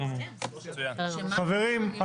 חברים,